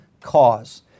cause